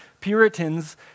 Puritans